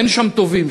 אין שם טובים,